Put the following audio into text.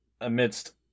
amidst